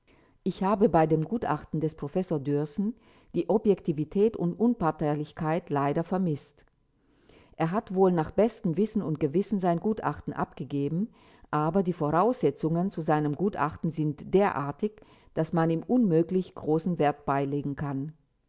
ich habe bei dem gutachten des professors dührßen die objektivität und unparteilichkeit leider vermißt er hat wohl nach bestem wissen und gewissen sein gutachten abgegeben aber die voraussetzungen zu seinem gutachten sind derartig daß man ihm unmöglich großen wert beilegen kann